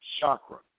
chakra